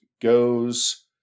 goes